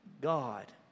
God